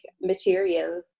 material